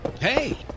Hey